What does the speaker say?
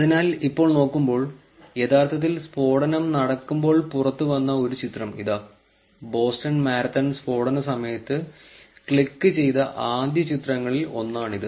അതിനാൽ ഇപ്പോൾ നോക്കുമ്പോൾ യഥാർത്ഥത്തിൽ സ്ഫോടനം നടക്കുമ്പോൾ പുറത്തുവന്ന ഒരു ചിത്രം ഇതാ ബോസ്റ്റൺ മാരത്തൺ സ്ഫോടന സമയത്ത് ക്ലിക്ക് ചെയ്ത ആദ്യ ചിത്രങ്ങളിൽ ഒന്നാണിത്